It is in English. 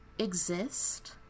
exist